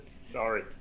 sorry